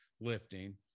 lifting